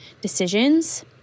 decisions